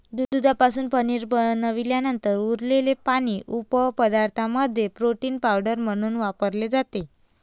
दुधापासून पनीर बनवल्यानंतर उरलेले पाणी उपपदार्थांमध्ये प्रोटीन पावडर म्हणून वापरले जाते